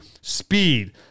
speed